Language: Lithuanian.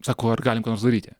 sako ar galim ką nors daryti